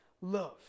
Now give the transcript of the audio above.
love